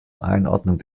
einordnung